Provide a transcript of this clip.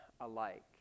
alike